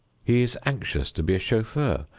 he is anxious to be a chauffeur.